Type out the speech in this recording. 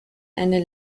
eine